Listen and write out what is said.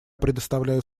предоставляю